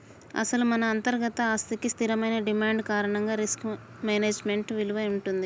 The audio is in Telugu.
అసలు మన అంతర్గత ఆస్తికి స్థిరమైన డిమాండ్ కారణంగా రిస్క్ మేనేజ్మెంట్ విలువ ఉంటుంది